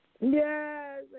yes